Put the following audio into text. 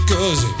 Cause